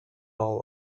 all